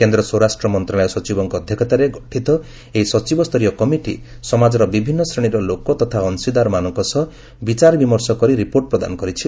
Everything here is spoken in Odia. କେନ୍ଦ୍ର ସ୍ୱରାଷ୍ଟ୍ରମନ୍ତ୍ରଣାଳୟ ସଚିବଙ୍କ ଅଧ୍ୟକ୍ଷତାରେ ଗଠିତ ଏହି ସଚିବ ସ୍ତରୀୟ କମିଟି ସମାଜର ବିଭିନ୍ନ ଶ୍ରେଣୀର ଲୋକ ତଥା ଅଂଶୀପାର ମାନଙ୍କ ସହ ବିଚାରବିମର୍ଶ କରି ରିପୋର୍ଟ ପ୍ରଦାନ କରିଛି